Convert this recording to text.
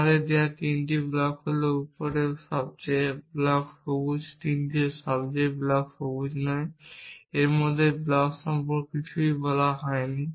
আমাদের দেওয়া তিনটি ব্লক হল উপরের সবচেয়ে ব্লক সবুজ নীচের সবচেয়ে ব্লক সবুজ নয় এর মধ্যে ব্লক সম্পর্কে কিছুই বলা হয়নি